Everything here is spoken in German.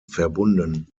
verbunden